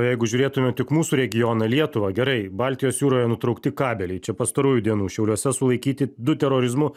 jeigu žiūrėtume tik mūsų regioną lietuvą gerai baltijos jūroje nutraukti kabeliai čia pastarųjų dienų šiauliuose sulaikyti du terorizmu